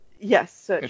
Yes